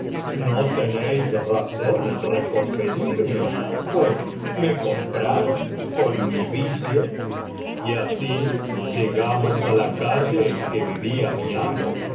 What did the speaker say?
no tenéis razón en reconvenirme pues me compraron con mi vicio y así llegamos á la calle en que vivía mi amo